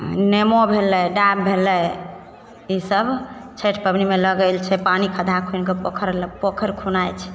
नेबो भेलय डाभ भेलय ई सब छैठ पबनीमे लअ गेल छै पानि खद्धा खुनिकऽ पोखरि लग पोखरि खुनाइ छै